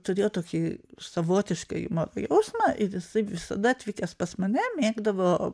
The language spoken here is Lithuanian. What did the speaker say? turėjo tokį savotišką humoro jausmą ir jisai visada atvykęs pas mane mėgdavo